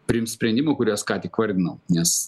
priimt sprendimų kuriuos ką tik vardinau nes